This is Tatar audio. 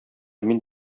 мин